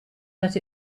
that